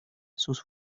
sus